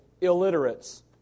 illiterates